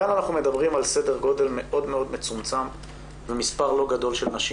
כאן אנחנו מדברים על סדר גודל מאוד מצומצם ומספר לא גדול של נשים.